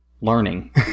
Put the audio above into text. learning